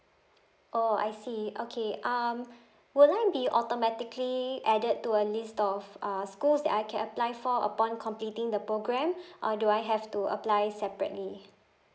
oh I see okay um will I be automatically added to a list of uh schools that I can apply for upon completing the program or do I have to apply separately